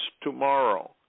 tomorrow